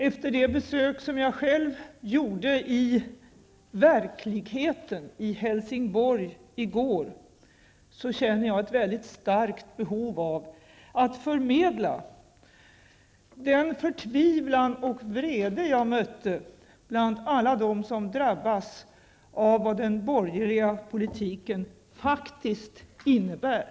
Efter det besök som jag själv gjorde i ''verkligheten'' i Helsingborg i går känner jag ett väldigt starkt behov av att förmedla den förtvivlan och vrede jag mötte bland alla dem som drabbas av vad den borgerliga politiken faktiskt innebär.